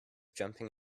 jumping